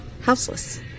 houseless